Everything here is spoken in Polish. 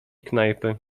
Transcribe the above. knajpy